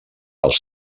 els